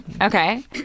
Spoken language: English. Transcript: okay